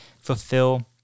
fulfill